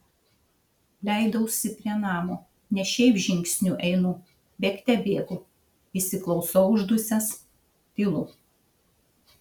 leidausi prie namo ne šiaip žingsniu einu bėgte bėgu įsiklausau uždusęs tylu